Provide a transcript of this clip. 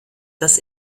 das